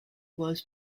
was